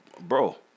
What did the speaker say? bro